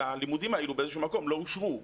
שהלימודים האלה איזה שהוא מקום לא אושרו.